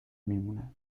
میمونه